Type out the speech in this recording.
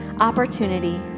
opportunity